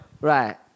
Right